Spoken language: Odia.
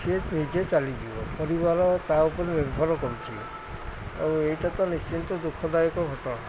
ସିଏ ନିଜେ ଚାଲିଯିବ ପରିବାର ତା ଉପରେ ନିର୍ଭର କରୁଥିଲେ ଆଉ ଏଇଟା ତ ନିଶ୍ଚିନ୍ତ ଦୁଃଖଦାୟକ ଘଟଣା